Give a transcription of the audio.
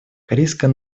корейская